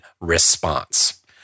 response